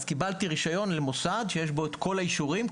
אז קיבלתי רישיון למוסד שיש בו את כל האישורים,